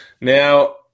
now